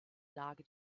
lage